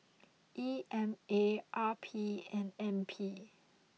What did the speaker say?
E M A R P and N P